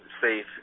safe